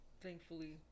Thankfully